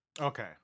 Okay